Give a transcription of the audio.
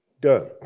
done